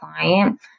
client